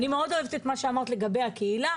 אני מאוד אוהבת את מה שאמרת לגבי הקהילה.